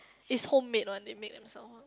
is homemade one they made themself one